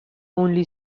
only